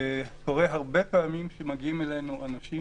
וקורה הרבה פעמים שמגיעים אלינו אנשים